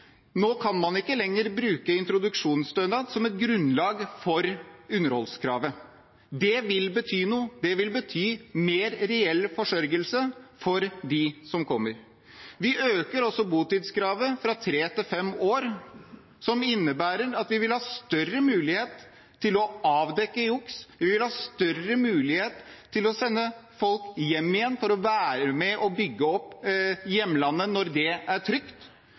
Nå kan man ikke lenger bruke introduksjonsstønad som et grunnlag for underholdskravet. Det vil bety noe – det vil bety mer reell forsørgelse for dem som kommer. Vi øker også botidskravet fra tre til fem år, noe som innebærer at vi vil ha større mulighet til å avdekke juks, vi vil ha større mulighet til å sende folk hjem igjen for å være med og bygge opp hjemlandet når det er trygt,